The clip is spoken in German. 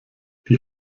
die